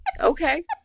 Okay